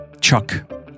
Chuck